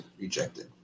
rejected